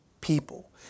people